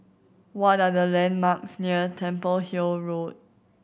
what are the landmarks near Temple Hill Road